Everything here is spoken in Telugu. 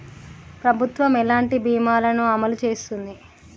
ప్రభుత్వం ఎలాంటి బీమా ల ను అమలు చేస్తుంది?